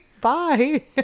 bye